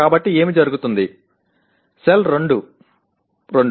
కాబట్టి ఏమి జరుగుతుంది సెల్ 2 2